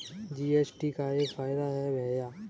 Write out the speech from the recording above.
GST का क्या फायदा है भैया?